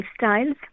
lifestyles